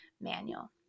manual